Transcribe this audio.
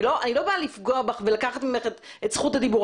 אני לא באה לפגוע בך ולקחת ממך את זכות הדיבור,